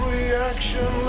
Reaction